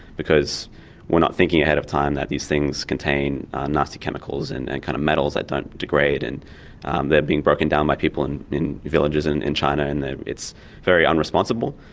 because we're not thinking ahead of time that these things contain nasty chemicals and and kind of metals that degrade and and they're being broken down by people in in villages in in china and it's very un-responsible.